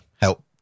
help